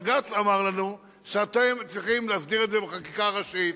בג"ץ אמר לנו: אתם צריכים להסדיר את זה בחקיקה ראשית,